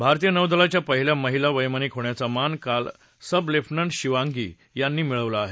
भारतीय नौदलातल्या पहिल्या महिला वैमानिक होण्याचा मान काल सब लेफटनंट शिवांगी यांनी मिळवला आहे